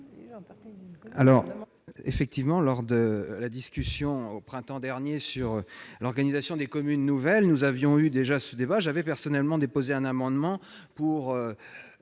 vote. Effectivement, lors de la discussion, au printemps dernier, sur l'organisation des communes nouvelles, nous avions déjà eu ce débat. J'avais personnellement déposé un amendement visant